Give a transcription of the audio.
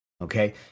Okay